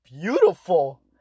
beautiful